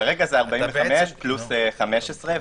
כרגע זה 45 פלוס 15,